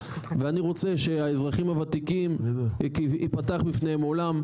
ואני רוצה שהאזרחים הוותיקים יפתח בפניהם עולם,